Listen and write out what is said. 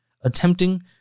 attempting